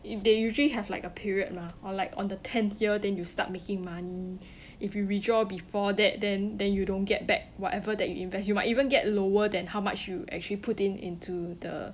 if they usually have like a period lah or like on the tenth year then you start making money if you withdraw before that then then you don't get back whatever that you invest you might even get lower than how much you actually put in into the